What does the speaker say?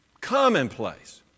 commonplace